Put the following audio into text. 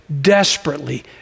desperately